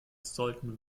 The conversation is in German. sollten